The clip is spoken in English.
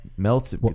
melts